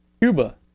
Cuba